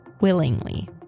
willingly